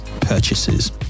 purchases